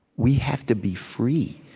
we have to be free.